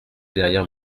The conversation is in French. derrière